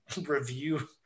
review